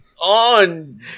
on